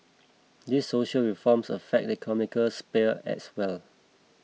these social reforms affect the economic sphere as well